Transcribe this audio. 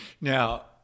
Now